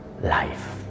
life